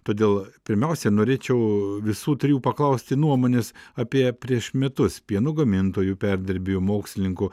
todėl pirmiausia norėčiau visų trijų paklausti nuomonės apie prieš metus pieno gamintojų perdirbėjų mokslininkų